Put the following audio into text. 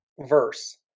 verse